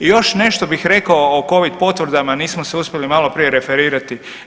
I još nešto bih rekao o covid potvrdama nismo se uspjeli maloprije referirati.